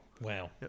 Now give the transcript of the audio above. Wow